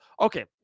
Okay